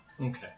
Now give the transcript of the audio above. Okay